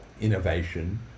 innovation